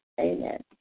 Amen